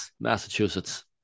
Massachusetts